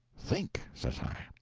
think, says i.